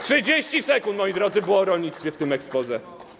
30 sekund, moi drodzy, było o rolnictwie w tym exposé.